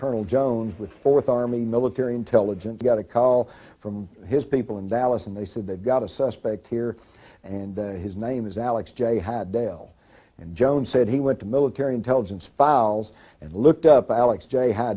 colonel jones with fourth army military intelligence got a call from his people in dallas and they said they've got a suspect here and his name is alex j dale and joan said he went to military intelligence files and looked up alex